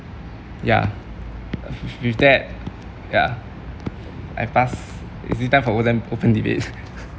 yeah with that yeah I pass it is time for open open debate